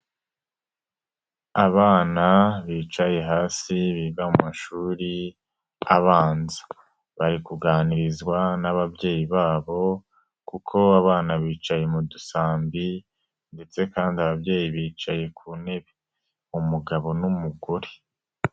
Abana bicaye hasi biga mu mashuri abanza bari kuganirizwa n'ababyeyi babo kuko abana bicaye mu dusambi ndetse kandi ababyeyi bicaye ku ntebe, umugabo n'umugore.